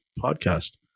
podcast